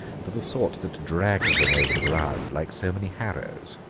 to the sort that drags them over the ground like so many harrows.